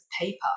paper